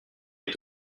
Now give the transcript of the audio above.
est